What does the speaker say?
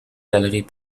galeries